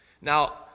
Now